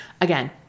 Again